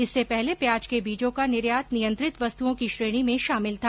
इससे पहले प्याज के बीजों का निर्यात नियंत्रित वस्तुओं की श्रेणी में शामिल था